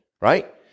right